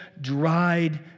dried